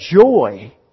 joy